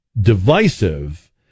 divisive